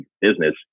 business